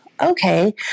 Okay